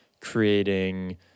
creating